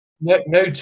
No